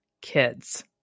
kids